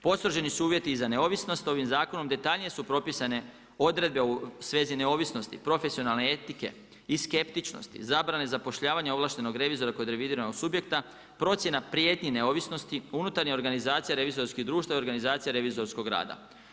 Postroženi su uvjeti i za neovisnost, ovim zakonom detaljnije su propisane odredbe u svezi neovisnosti profesionalne etike i skeptičnosti, zabrane zapošljavanja ovlaštenog revizora kod revidiranog subjekta, procjena prijetnji neovisnosti unutarnje organizacije revizorskih društava i organizacije revizorskog rada.